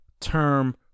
term